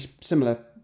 similar